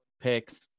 picks